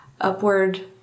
Upward